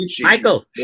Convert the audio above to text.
Michael